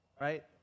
right